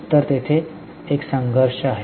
तर तेथे एक संघर्ष आहे